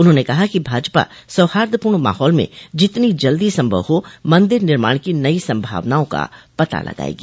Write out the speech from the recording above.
उन्होंने कहा कि भाजपा सौहार्दपूर्ण माहौल में जितनी जल्दी संभव हो मंदिर निर्माण की नई संभावनाओं का पता लगाएगी